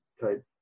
type